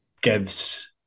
gives